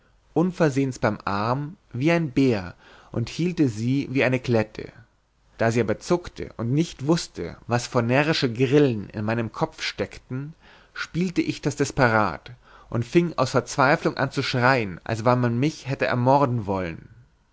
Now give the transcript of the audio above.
unversehens beim arm wie ein bär und hielte sie wie eine klette da sie aber zuckte und nicht wußte was vor närrische grillen in meinem kopf stecken spielte ich das desperat und fieng aus verzweifelung an zu schreien als wann man mich hätte ermorden wollen